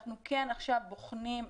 אנחנו כן עכשיו בוחנים,